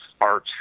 art